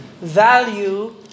value